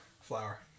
Flour